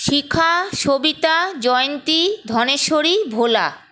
Shikha Sabita Jayanti Dhaneshwari Bhola